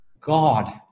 God